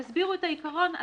תסבירו את העיקרון.